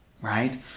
right